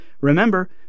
Remember